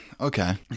Okay